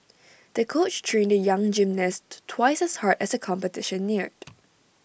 the coach trained the young gymnast twice as hard as the competition neared